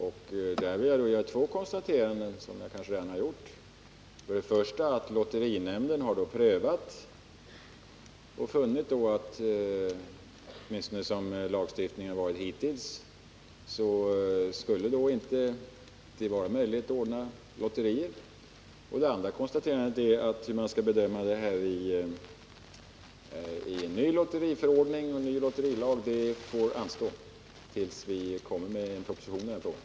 Jag vill erinra om de två konstateranden som jag redan har gjort. För det första har lotterinämnden prövat ett ärende som avser lotteritillstånd för kooperativt konsumentgille. Nämnden fann då att det, åtminstone enligt den hittillsvarande lagstiftningen, inte skall vara möjligt för sådana att anordna lotterier. För det andra får frågan hur man i en ny lotteriförordning och en ny lotterilag skall bedöma vilka organisationer som bör beviljas lotteritillstånd anstå till dess regeringen kommer med en proposition i denna fråga.